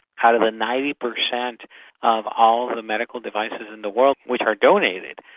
out of the ninety percent of all the medical devices in the world which are donated,